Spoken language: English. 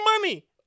money